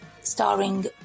starring